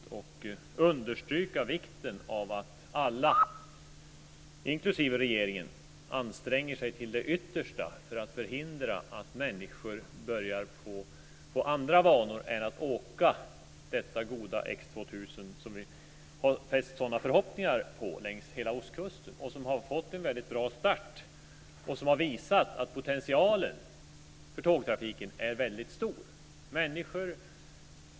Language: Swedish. Jag vill understryka vikten av att alla, inklusive regeringen, anstränger sig till det yttersta för att förhindra att människor börjar få andra vanor än att åka detta goda X 2000 som vi har fäst sådana förhoppningar på längs hela ostkusten. X 2000 har fått en bra start och har visat att potentialen för tågtrafiken är stor.